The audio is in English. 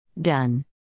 Done